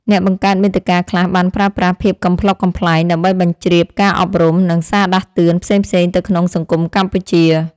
អ្នកបង្កើតមាតិកាខ្លះបានប្រើប្រាស់ភាពកំប្លុកកំប្លែង ដើម្បីបញ្ជ្រាបការអប់រំ និងសារដាស់តឿនផ្សេងៗទៅក្នុងសង្គមកម្ពុជា។